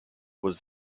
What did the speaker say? was